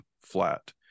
flat